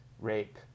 rape